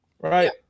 right